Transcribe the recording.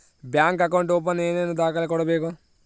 Bank account open ಏನೇನು ದಾಖಲೆ ಕೊಡಬೇಕು?